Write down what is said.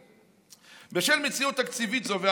בשל מציאות תקציבית זו,